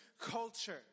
Culture